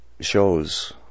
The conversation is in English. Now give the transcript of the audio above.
Shows